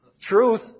Truth